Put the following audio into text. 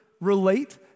relate